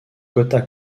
quota